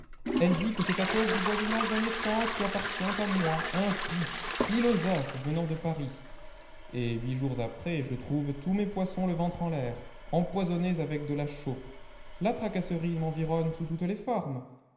elle dit que c'est à cause du voisinage d'un étang qui appartient à moi impie philosophe venant de paris et huit jours après je trouve tous mes poissons le ventre en l'air empoisonnés avec de la chaux la tracasserie m'environne sous toutes les formes